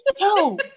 no